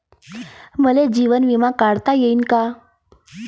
मले जीवन बिमा काढता येईन का?